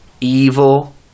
evil